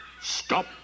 stop